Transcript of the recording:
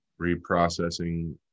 reprocessing